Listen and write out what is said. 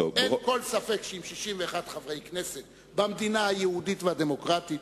אין כל ספק שאם 61 חברי כנסת במדינה היהודית והדמוקרטית